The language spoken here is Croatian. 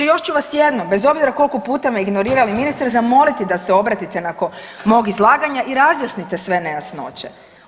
Još ću vas jednom bez obzira koliko puta me ignorirali ministre zamoliti da se obratite nakon mog izlaganja i razjasnite sve nejasnoće.